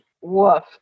woof